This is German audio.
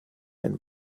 ein